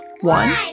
one